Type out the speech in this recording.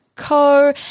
co